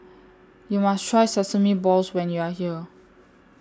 YOU must Try Sesame Balls when YOU Are here